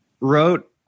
wrote